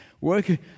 working